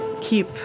keep